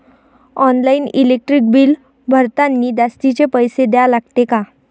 Online electric bill भरतानी जास्तचे पैसे द्या लागते का?